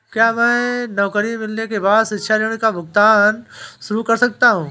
क्या मैं नौकरी मिलने के बाद शिक्षा ऋण का भुगतान शुरू कर सकता हूँ?